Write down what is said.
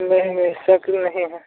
नहीं नहीं शक नहीं है